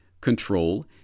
control